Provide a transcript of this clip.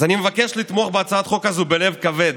אז אני מבקש לתמוך בהצעת החוק הזו בלב כבד,